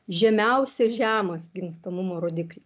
žemiausia žemas gimstamumo rodikli